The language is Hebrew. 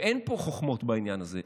ואין פה חוכמות בעניין הזה.